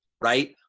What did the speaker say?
right